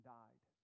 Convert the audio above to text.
died